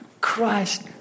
Christ